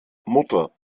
mutter